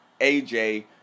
AJ